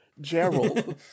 Gerald